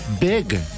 big